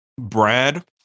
Brad